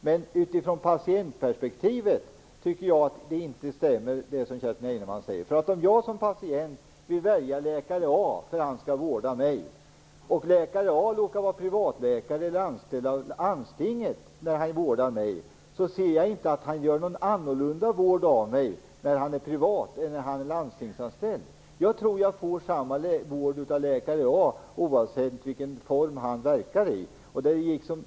Men jag tycker inte att det som Kerstin Heinemann säger stämmer, sett utifrån patientperspektivet, för att om jag som patient väljer att läkare A skall vårda mig och läkare A råkar vara privatläkare eller anställd av landstinget, så ser jag inte att han vårdar mig på ett annorlunda sätt om han är privatanställd än om han är landstingsanställd. Jag tror att jag får samma vård av läkare A, oavsett i vilken form han verkar.